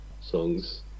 songs